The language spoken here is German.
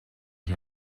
ich